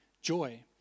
joy